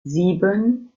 sieben